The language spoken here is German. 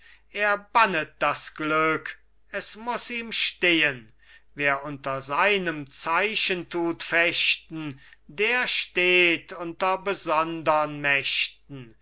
er bannet das glück es muß ihm stehen wer unter seinem zeichen tut fechten der steht unter besondern mächten